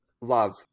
Love